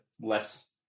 less